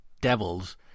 devils